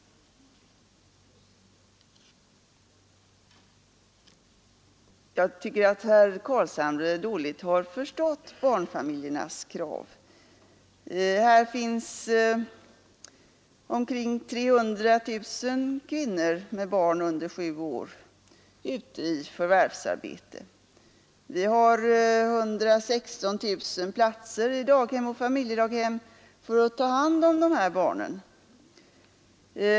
Herr Carlshamre har dåligt förstått barnfamiljernas krav. Det finns omkring 300 000 kvinnor med barn under sju år ute i förvärvsarbete. Vi har 116 000 platser i daghem och familjedaghem för att ta hand om dessa barn.